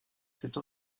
cette